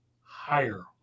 Higher